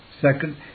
Second